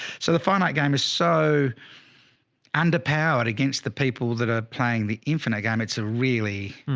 so the finite game is so underpowered against the people that are playing the infinite game. it's a really,